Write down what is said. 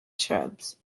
shrubs